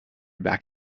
back